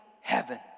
heaven